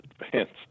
advanced